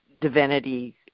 divinity